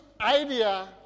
idea